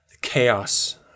chaos